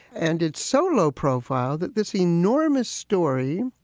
and it's so low profile that this enormous story.